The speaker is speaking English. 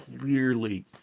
clearly